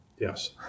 Yes